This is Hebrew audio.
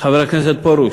חבר הכנסת פרוש,